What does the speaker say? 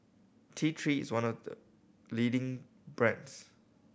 T Three is one of the leading brands